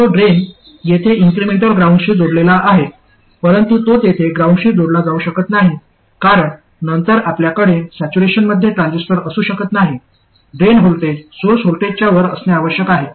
तो ड्रेन येथे इन्क्रिमेंटल ग्राउंडशी जोडलेला आहे परंतु तो तेथे ग्राउंडशी जोडला जाऊ शकत नाही कारण नंतर आपल्याकडे सॅच्युरेशनमध्ये ट्रान्झिस्टर असू शकत नाही ड्रेन व्होल्टेज सोर्स व्होल्टेजच्या वर असणे आवश्यक आहे